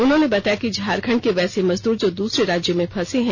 उन्होंने बताया कि झारखंड के वैसे मजदूर जो दूसरे राज्यों में फंसे हैं